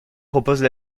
proposent